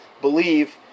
believe